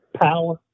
power